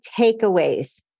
takeaways